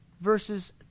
verses